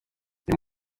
uyu